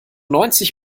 neunzig